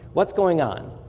what's going on?